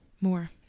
more